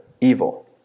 evil